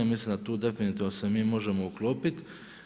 I mislim da tu definitivno se mi možemo uklopiti.